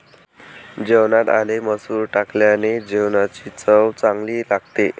जेवणात आले मसूर टाकल्याने जेवणाची चव चांगली लागते